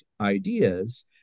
ideas